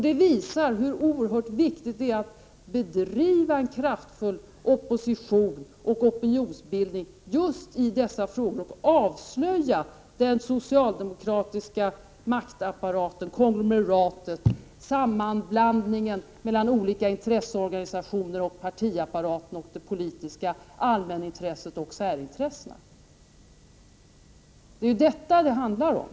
Det visar hur oerhört viktigt det är att bedriva en kraftfull opposition och opinionsbildning i dessa frågor och avslöja den socialdemokratiska maktapparaten, konglomeratet, sammanblandningen mellan olika intresseorganisationer och partiapparaten, mellan det politiska allmännintresset och särintressena. Det är vad det handlar om.